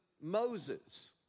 Moses